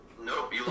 nope